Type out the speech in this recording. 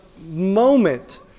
moment